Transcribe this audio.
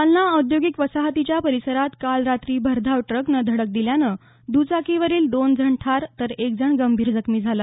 जालना औद्योगिक वसाहतीच्या परिसरात काल रात्री भरधाव ट्रकनं धडक दिल्यानं दचाकीवरील दोन जण ठार तर एकजण गंभीर जखमी झाला